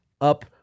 up